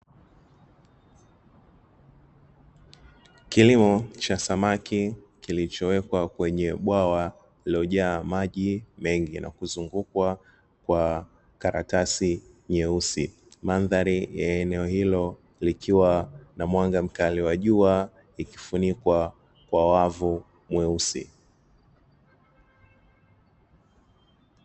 Kilimo cha samaki kilichowekwa kwenye bwawa lililojaa maji mengi na kuzungukwa kwa karatasi nyeusi, mandhari ya eneo hilo likiwa na mwanga mkali wa jua ikifunikwa kwa wavu mweusi.